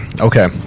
Okay